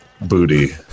Booty